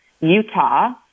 Utah